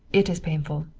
it is painful.